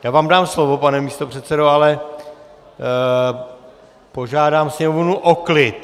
Já vám dám slovo, pane místopředsedo, ale požádám sněmovnu o klid!